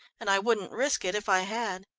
and i wouldn't risk it if i had.